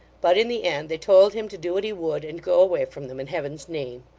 but in the end they told him to do what he would, and go away from them in heaven's name.